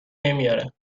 نمیاره